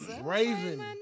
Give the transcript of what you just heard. Raven